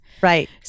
Right